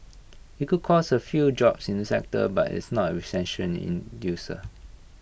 IT could cost A few jobs in the sector but it's not A recession inducer